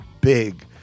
big